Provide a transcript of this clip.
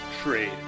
trade